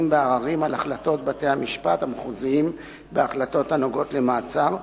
בעררים על החלטות בתי-המשפט המחוזיים בהחלטות הנוגעות למעצר,